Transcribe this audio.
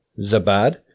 Zabad